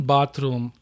Bathroom